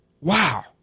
Wow